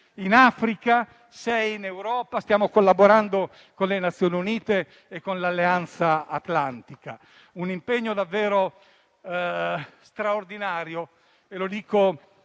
in Africa e sei in Europa. Stiamo collaborando con le Nazioni Unite e con l'Alleanza atlantica, in un impegno davvero straordinario e lo dico